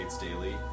daily